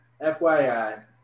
FYI